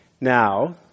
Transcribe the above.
Now